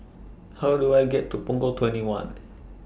How Do I get to Punggol twenty one